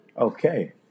Okay